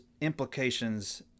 implications